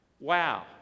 Wow